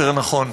יותר נכון,